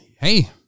hey